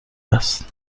است